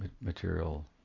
material